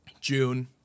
june